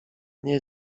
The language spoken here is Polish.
nie